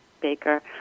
baker